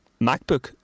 MacBook